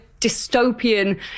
dystopian